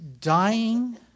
dying